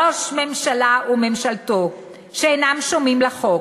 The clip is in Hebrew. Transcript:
ראש ממשלה וממשלתו שאינם שומעים לחוק,